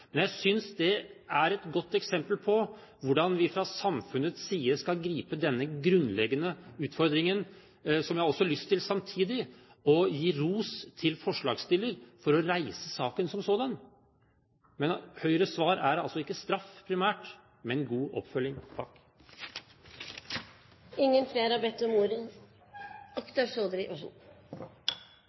men jeg synes det er et godt eksempel på hvordan vi fra samfunnets side skal gripe denne grunnleggende utfordringen. Jeg har samtidig lyst til å gi ros til forslagsstilleren for å reise saken som sådan, men Høyres svar er altså ikke primært straff, men god oppfølging. Fremskrittspartiets hovedtaler hadde en meget god